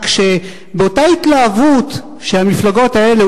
רק שבאותה התלהבות שהמפלגות האלה,